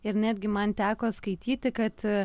ir netgi man teko skaityti kad